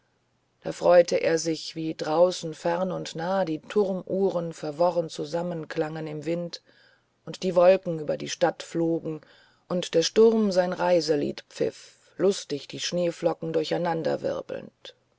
da freute er sich wie draußen fern und nah die turmuhren verworren zusammenklangen im wind und die wolken über die stadt flogen und der sturm sein reiselied pfiff lustig die schneeflocken